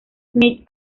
smith